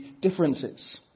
differences